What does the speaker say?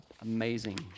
amazing